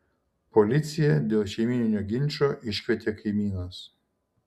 policiją dėl šeimyninio ginčo iškvietė kaimynas